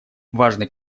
важный